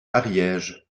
ariège